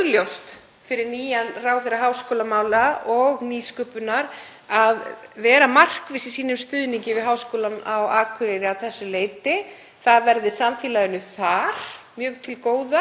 Það verði samfélaginu þar mjög til góða. Það verði samfélaginu í heild sinni mjög til góða og mjög í samræmi við þær áherslur sem hún hefur flaggað hér á fyrstu vikum og mánuðum í embætti.